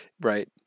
right